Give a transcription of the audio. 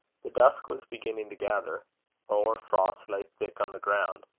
the dusk was beginning to gather. the hoar-frost lay thick on the ground.